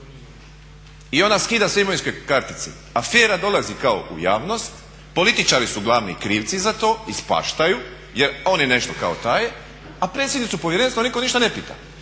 I ona skida sve imovinske kartice. Afera dolazi kao u javnost, političari su glavni krivci za to, ispaštaju, jer oni nešto kao taje, a predsjednicu povjerenstva nitko ništa ne pita.